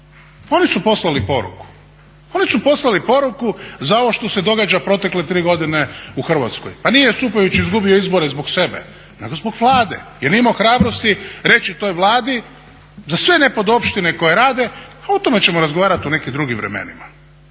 Oni su poslali poruku za ovo što se događa protekle 3 godine u Hrvatskoj. Pa nije Josipović izgubio izbore zbog sebe nego zbog Vlade jer nije imao hrabrosti reći toj Vladi za sve nepodopštine koje rade, a o tome ćemo razgovarati u nekim drugim vremenima.